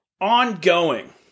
ongoing